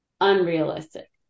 Unrealistic